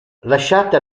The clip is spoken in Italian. lasciata